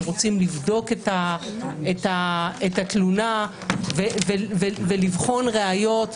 כשרוצים לבדוק את התלונה ולבחון ראיות,